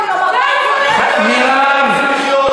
מירב.